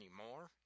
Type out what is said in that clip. anymore